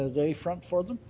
ah they front for them.